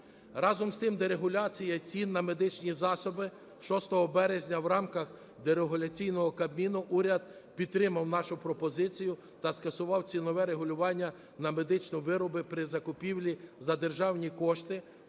Разом з тим дерегуляція цін на медичні засоби. 6 березня в рамках дерегуляційного Кабміну уряд підтримав нашу пропозицію та скасував цінове регулювання на медичні вироби при закупівлі за державні кошти,